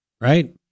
right